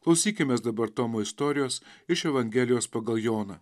klausykimės dabar tomo istorijos iš evangelijos pagal joną